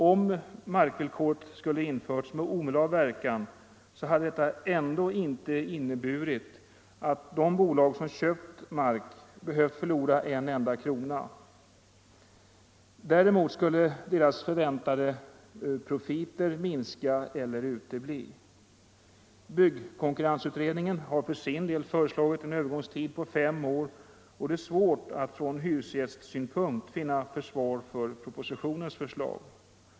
Om markvillkoret hade införts med omedelbar verkan hade det ändå inte inneburit att de bolag som köpt mark behövt förlora en enda krona. Däremot skulle deras förväntade profiter ha minskat eller uteblivit. Byggkonkurrensutredningen har för sin del föreslagit en övergångstid på fem år, och det är svårt att från hyresgästsynpunkt finna försvar för propositionens förslag.